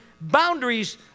boundaries